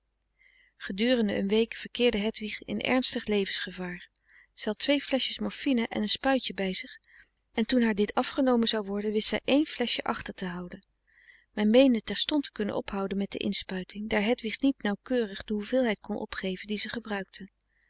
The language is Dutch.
gedurende een week verkeerde hedwig in ernstig levensgevaar zij had twee fleschjes morfine en een spuitje bij zich en toen haar dit afgenomen zou worden wist zij één fleschje achter te houden men meende frederik van eeden van de koele meren des doods terstond te kunnen ophouden met de inspuiting daar hedwig niet nauwkeurig de hoeveelheid kon opgeven die ze gebruikte